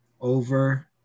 over